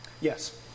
Yes